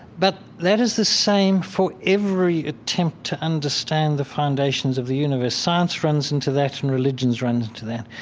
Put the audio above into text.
but that is the same for every attempt to understand the foundations of the universe. science runs into that and religions run into that.